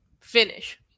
finish